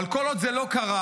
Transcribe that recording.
אבל כל עוד זה לא קרה,